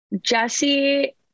Jesse